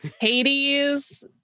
Hades